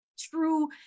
true